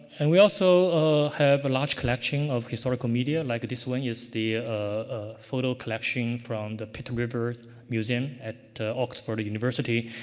and we also have a large collection of historical media. like this one is the ah photo collection from the pitt rivers museum at oxford university.